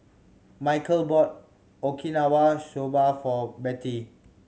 Mikeal bought Okinawa Soba for Bettye